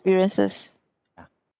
negative experiences ya